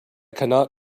cannot